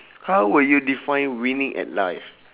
how will you define winning at life